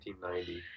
1990